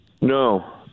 No